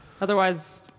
Otherwise